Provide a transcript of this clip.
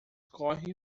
corre